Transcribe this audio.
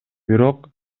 бирок